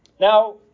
Now